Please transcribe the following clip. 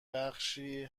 بخشی